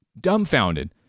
dumbfounded